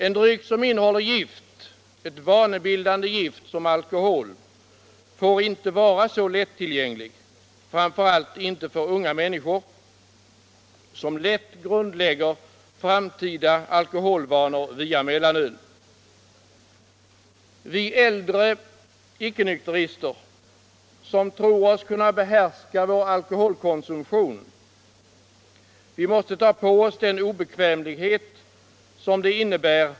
En dryck som innehåller gift — ett vanebildande gift som alkohol — får inte vara så lättillgänglig, framför allt inte för unga människor, som lätt grundlägger framtida alkoholvanor via mellanöl. Vi äldre icke-nykterister, som tror oss kunna behärska vår alkoholkonsumtion, måste ta på oss den obekvämlighet som det innebär.